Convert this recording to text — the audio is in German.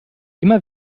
immer